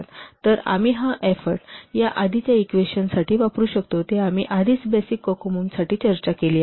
तर आम्ही हा एफोर्ट आपण या आधीच्या इक्वेशन वापरू शकतो की आम्ही आधीच बेसिक कोकोमो साठी चर्चा केली आहे